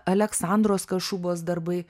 aleksandros kašubos darbai